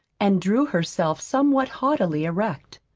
and drew herself somewhat haughtily erect.